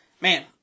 man